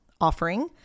offering